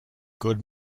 good